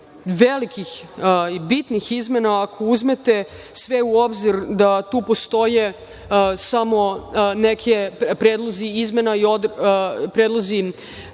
velikih i bitnih izmena, ako uzmete sve u obzir da tu postoje samo predlozi izmena i dopuna